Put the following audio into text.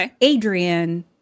adrian